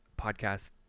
podcast